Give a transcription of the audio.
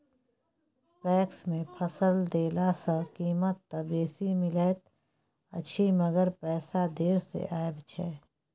PACS मे फसल देला सॅ कीमत त बेसी मिलैत अछि मगर पैसा देर से आबय छै